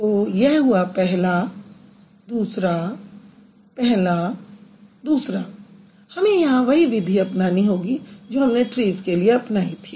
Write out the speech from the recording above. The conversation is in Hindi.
तो यह हुआ पहला दूसरा पहला दूसरा हमें यहाँ वही विधि अपनानी होगी जो हमने ट्रीज़ के लिए अपनाई थी